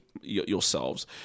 yourselves